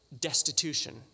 destitution